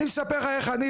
אני מספר לך איך אני,